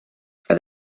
for